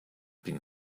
been